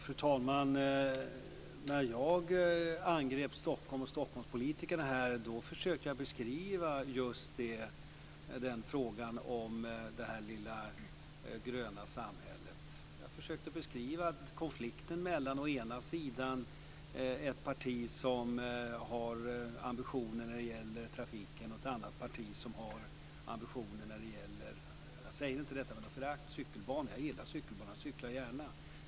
Fru talman! När jag angrep Stockholm och Stockholmspolitikerna försökte jag beskriva frågan om det lilla gröna samhället. Jag försökte beskriva konflikten mellan å ena sidan ett parti som har ambitioner när det gäller trafiken och ett annat parti som har ambitioner när det gäller cykelbanor. Jag säger inte detta med något förakt. Jag gillar cykelbanor. Jag cyklar gärna.